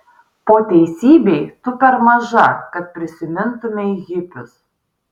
po teisybei tu per maža kad prisimintumei hipius